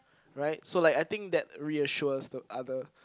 right so like I think that reassures the other